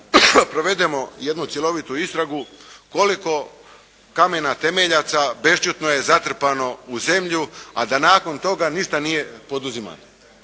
provedemo jednu cjelovitu istragu koliko kamena temeljca bešćutno je zatrpano u zemlju, a da nakon toga ništa nije poduzimamo.